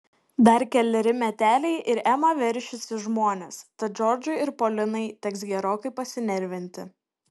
dar keleri meteliai ir ema veršis į žmones tad džordžui ir polinai teks gerokai pasinervinti